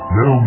no